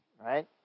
right